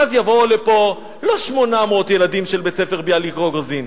ואז יבואו לפה לא 800 ילדים של בית-ספר "ביאליק-רוגוזין",